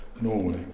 Norway